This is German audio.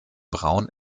braun